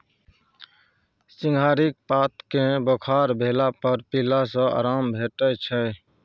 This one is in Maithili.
सिंहारिक पात केँ बोखार भेला पर पीला सँ आराम भेटै छै